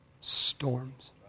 storms